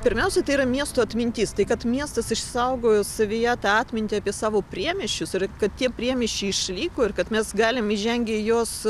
pirmiausia tai yra miesto atmintis tai kad miestas išsaugojo savyje tą atmintį apie savo priemiesčius ir kad tie priemiesčiai išliko ir kad mes galim įžengę į juos